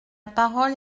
parole